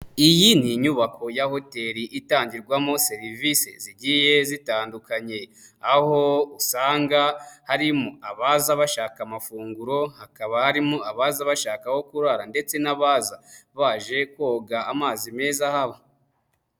Iyi ni inyubako ya hoteli itangirwamo serivise zigiye zitandukanye, aho usanga harimo abaza bashaka amafunguro, hakaba harimo abaza bashaka aho kurara ndetse n'abaza baje koga amazi meza ahaba.